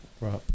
Right